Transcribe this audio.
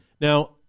Now